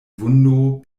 vundo